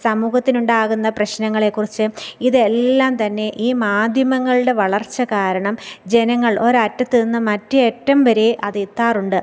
സമൂഹത്തിനുണ്ടാകുന്ന പ്രശ്നങ്ങളെ കുറിച്ച് ഇതെല്ലാം തന്നെ ഈ മാധ്യമങ്ങളുടെ വളർച്ച കാരണം ജനങ്ങൾ ഒരറ്റത്ത് നിന്നും മറ്റേ അറ്റംവരെ അത് എത്താറുണ്ട്